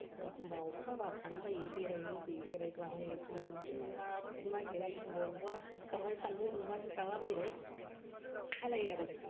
एखम्बा अखा हाबा थानो बायो बेरायनो लुबैयो बेरायग्लाङो एखम्बा बिदिनो नाथुर नागिरो एखम्बा अबावबा ओमफाय सान्दुं दुंबा जि दालाबायबाय बिदि खालायो आरो जों